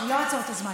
אני לא אעצור את הזמן.